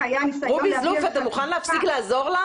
רובי זלוף אתה מוכן להפסיק לעזור לה?